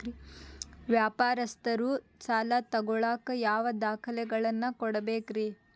ವ್ಯಾಪಾರಸ್ಥರು ಸಾಲ ತಗೋಳಾಕ್ ಯಾವ ದಾಖಲೆಗಳನ್ನ ಕೊಡಬೇಕ್ರಿ?